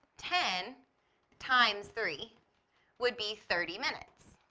ten times three would be thirty minutes.